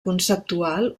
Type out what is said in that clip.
conceptual